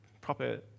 proper